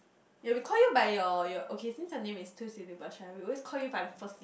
ya we call you by your your okay since your name is two syllables right we always call you by the first